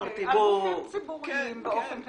אז גופים ציבוריים באופן כללי,